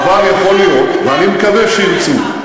אבל יכול להיות, ואני מקווה שירצו.